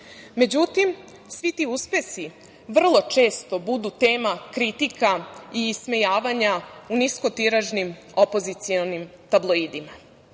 raditi.Međutim, svi ti uspesi vrlo često budu tema kritika i ismejavanja u niskotiražnim opozicionim tabloidima.